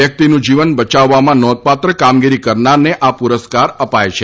વ્યકિતનું જીવન બચાવવામાં નોંધપાત્ર કામગીરી કરનારને આ પ્રસ્કાર અપાય છે